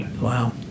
wow